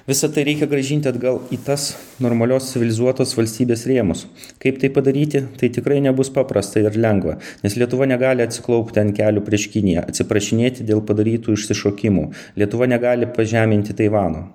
visa tai reikia grąžinti atgal į tas normalios civilizuotos valstybės rėmus kaip tai padaryti tai tikrai nebus paprasta ir lengva nes lietuva negali atsiklaupti ant kelių prieš kiniją atsiprašinėti dėl padarytų išsišokimų lietuva negali pažeminti taivano